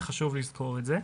וחשוב לזכור את זה.